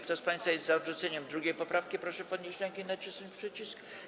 Kto z państwa jest za odrzuceniem 2. poprawki, proszę podnieść rękę i nacisnąć przycisk.